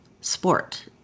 sport